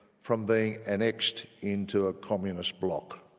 from being annexed into a communist bloc.